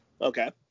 Okay